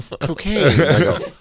cocaine